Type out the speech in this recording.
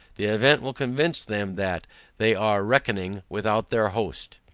the event will convince them, that they are reckoning without their host.